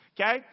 Okay